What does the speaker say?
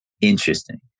interesting